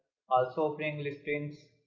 also offering listings.